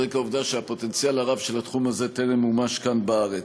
על רקע העובדה שהפוטנציאל הרב של התחום הזה טרם מומש כאן בארץ.